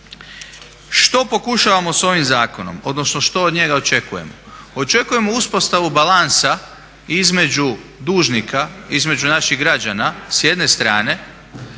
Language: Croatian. Što pokušavamo sa ovim zakonom, odnosno što od njega očekujemo?